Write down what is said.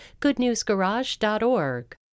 Goodnewsgarage.org